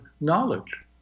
knowledge